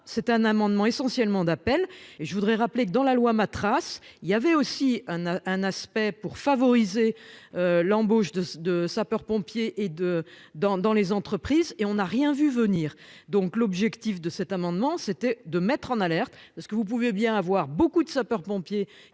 c'est un amendement essentiellement d'appel et je voudrais rappeler que dans la loi ma trace il y avait aussi un aspect pour favoriser. L'embauche de de sapeurs-pompiers et de dans dans les entreprises et on a rien vu venir. Donc l'objectif de cet amendement, c'était de mettre en alerte parce que vous pouvez bien avoir beaucoup de sapeurs-pompiers